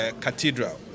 Cathedral